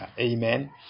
amen